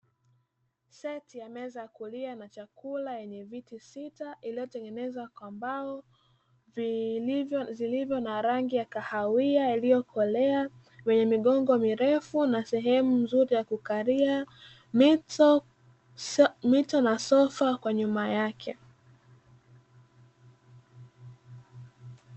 Seti ya meza ya kulia chakula yenye viti sita, vilivo tengenezwa kwa mbao vilivyo na rangi ya kahawia iliyokolea vyenye migongo mirefu na sehemu nzuri ya kukalia pamoja na mito, nyuma yake kukiwa na mito.